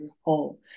whole